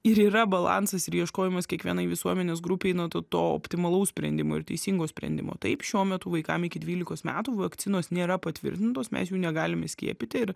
ir yra balansas ir ieškojimas kiekvienai visuomenės grupei na to optimalaus sprendimo ir teisingo sprendimo taip šiuo metu vaikam iki dvylikos metų vakcinos nėra patvirtintos mes jų negalime skiepyti ir